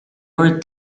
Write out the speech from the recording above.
are